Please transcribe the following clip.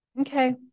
okay